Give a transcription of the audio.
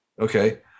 Okay